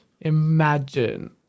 Imagine